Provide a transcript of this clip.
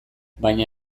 baina